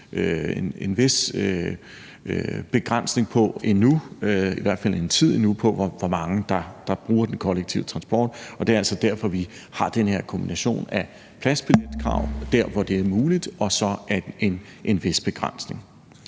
en tid endnu er nødt til at have en vis begrænsning på, hvor mange der bruger den kollektive transport. Det er altså derfor, at vi har den her kombination af krav om pladsbillet dér, hvor det er muligt, og en vis begrænsning.